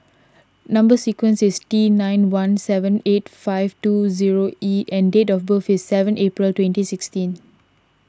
Number Sequence is T nine one seven eight five two zero E and date of birth is seven April twenty sixteen